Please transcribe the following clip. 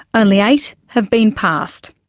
only eight have been passed.